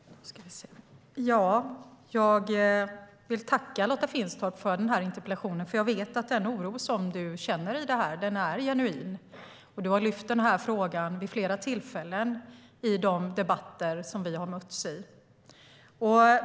Fru talman! Jag vill tacka Lotta Finstorp för den här interpellationen. Hon har lyft fram frågan vid flera tillfällen i de debatter som vi har mötts i, så jag vet att den oro som hon känner är genuin.